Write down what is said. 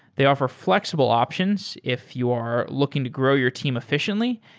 they offer flexible options if you're looking to grow your team efficiently,